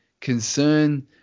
concern